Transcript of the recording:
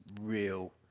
real